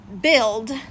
build